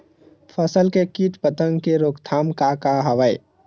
फसल के कीट पतंग के रोकथाम का का हवय?